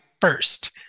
first